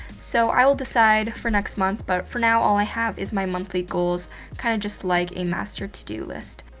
so i will decide for next month but, for now all i have is my monthly goals kinda just like a master to-do list.